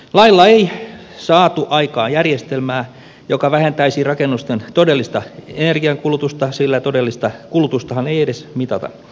lailla ei saatu aikaan järjestelmää joka vähentäisi rakennusten todellista energiankulutusta sillä todellista kulutustahan ei edes mitata